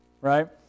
right